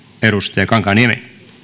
edustaja kankaanniemi